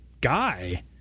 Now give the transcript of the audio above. guy